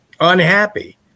unhappy